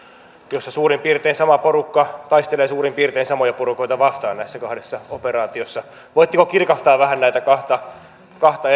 ja suurin piirtein sama porukka taistelee suurin piirtein samoja porukoita vastaan näissä kahdessa operaatiossa voitteko kirkastaa vähän näitä kahta kahta